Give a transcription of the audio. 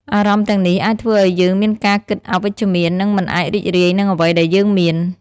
អារម្មណ៍ទាំងនេះអាចធ្វើឱ្យយើងមានការគិតអវិជ្ជមាន និងមិនអាចរីករាយនឹងអ្វីដែលយើងមាន។